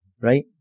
right